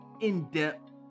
in-depth